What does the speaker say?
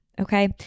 Okay